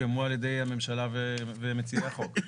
הוסכמו על-ידי הממשלה ומציעי החוק.